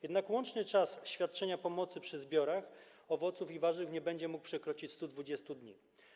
Jednak łączny czas świadczenia pomocy przy zbiorach owoców i warzyw nie będzie mógł przekroczyć 120 dni.